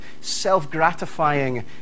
self-gratifying